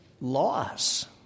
loss